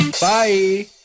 Bye